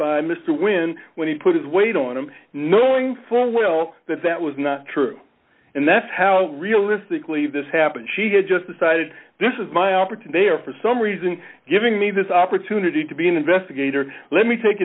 by mr when when he put his weight on him knowing full well that that was not true and that's how realistically this happened she had just decided this is my opportunity there for so the reason giving me this opportunity to be an investigator let me take